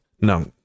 no